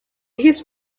his